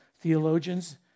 theologians